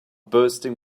bursting